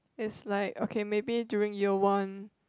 it's like okay maybe during year one